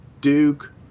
Duke